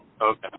Okay